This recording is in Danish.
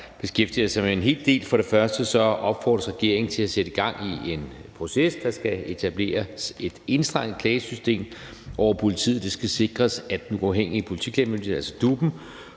beskæftiger sig med en hel del. Først og fremmest opfordres regeringen til at sætte gang i en proces, hvor der skal etableres et enstrenget klagesystem over politiet, hvor det skal sikres, at Den Uafhængige Politiklagemyndighed, altså DUP'en,